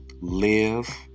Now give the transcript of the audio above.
Live